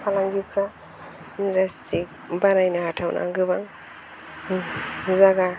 फालांगिफोरा इनदास्ट्रि बानायनो हाथावना गोबां जायगा